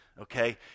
okay